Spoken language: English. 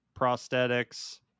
prosthetics